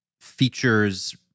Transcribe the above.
features